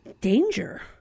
danger